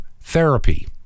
therapy